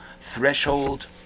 threshold